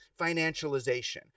financialization